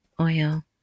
oil